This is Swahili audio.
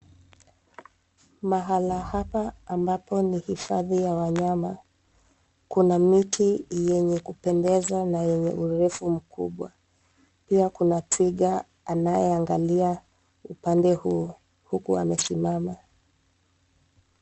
Mahala hapa ambapo ni hifadhi ya wanyama kuna miti yenye kupendeza na yenye urefu mkubwa. Pia kuna twiga anayeangalia upande huu, huku amesimama.